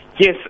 Yes